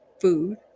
food